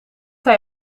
hij